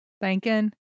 thanking